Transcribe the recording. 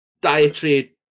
dietary